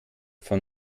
von